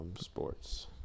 Sports